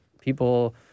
people